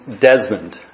Desmond